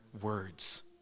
words